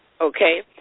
okay